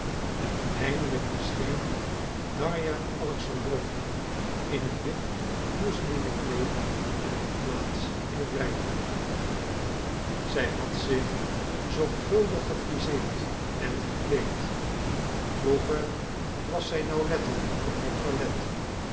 en eindelijk verscheen darja alexandrowna in een wit mousselinen kleed en nam plaats in het rijtuig zij had zich zorgvuldig gefriseerd en gekleed vroeger was zij nauwlettend op haar toilet